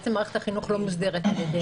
בעצם מערכת החינוך לא מוסדרת על ידי הצעה הזו.